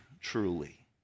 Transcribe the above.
truly